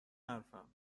حرفم